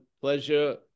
Pleasure